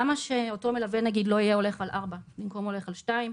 למה שאותו מלווה נגיד לא יהיה הולך על ארבע במקום הולך על שתיים?